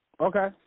Okay